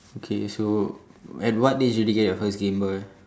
okay so at what age did you get your first gameboy